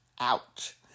Ouch